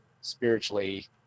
spiritually